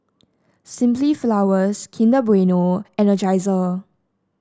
Simply Flowers Kinder Bueno Energizer